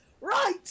Right